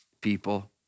people